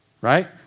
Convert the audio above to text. Right